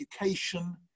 education